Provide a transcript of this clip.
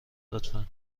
لطفا